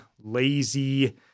lazy